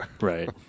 right